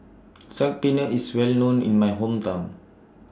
Saag Paneer IS Well known in My Hometown